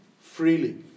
freely